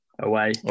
away